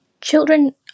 Children